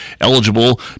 eligible